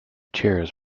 chairs